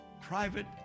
private